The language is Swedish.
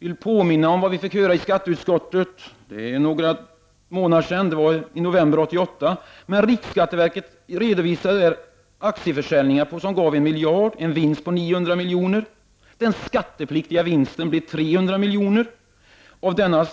I november 1988 fick vi i skatteutskottet veta att riksskatteverket hade redovisat aktieförsäljningar för 1 miljard kronor, vilka gav en vinst på 900 milj.kr. Den skattepliktiga vinsten blev 300 milj.kr., och av den